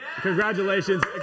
Congratulations